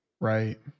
Right